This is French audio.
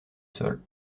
sol